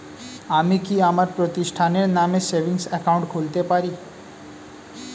আমি কি আমার প্রতিষ্ঠানের নামে সেভিংস একাউন্ট খুলতে পারি?